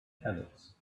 italics